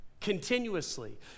continuously